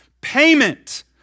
payment